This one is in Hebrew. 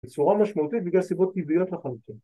‫בצורה משמעותית ‫בגלל סיבות טבעיות אחרות לחלוטין.